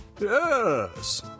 Yes